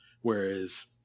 whereas